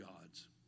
gods